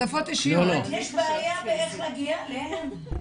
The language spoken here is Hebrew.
רק יש בעיה איך להגיע אליהם.